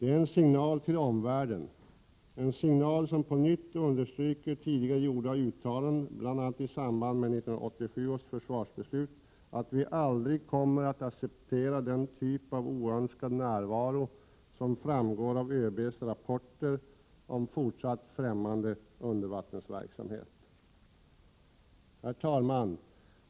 Den är en signal till omvärlden, en signal som på nytt understryker tidigare gjorda uttalanden, bl.a. i samband med 1987 års försvarsbeslut, att vi aldrig kommer att acceptera den typ av oönskad närvaro som framgår av ÖB:s rapporter om fortsatt främmande undervattensverksamhet. Herr talman!